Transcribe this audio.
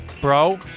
bro